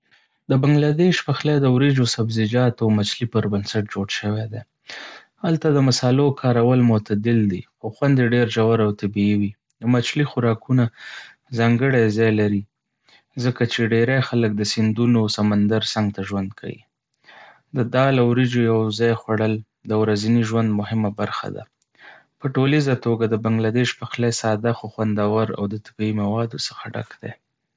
د بنګله‌دیش پخلی د وريجو، سبزیجاتو او مچھلي پر بنسټ جوړ شوی دی. هلته د مصالحو کارول معتدل دي، خو خوند یې ډېر ژور او طبیعي وي. د مچھلي خوراکونه ځانګړي ځای لري ځکه چې ډېری خلک د سیندونو او سمندر څنګ ته ژوند کوي. د دال او وريجو یو ځای خوړل د ورځني ژوند مهمه برخه ده. په ټولیزه توګه، د بنګله‌دیش پخلی ساده، خو خوندور او د طبیعي موادو څخه ډک دي.